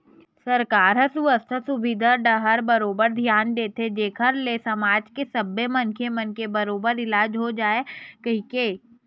सरकार ह सुवास्थ सुबिधा डाहर बरोबर धियान देथे जेखर ले समाज के सब्बे मनखे मन के बरोबर इलाज हो जावय कहिके